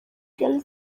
kigali